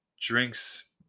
drinks